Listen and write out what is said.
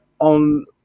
on